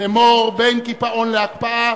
לאמור: בין קיפאון להקפאה,